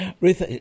Ruth